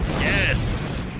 Yes